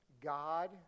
God